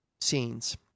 scenes